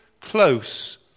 close